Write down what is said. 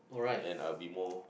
and I'll be more